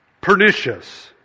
Pernicious